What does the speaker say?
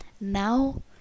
now